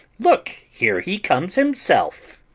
look here he comes himself.